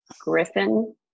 griffin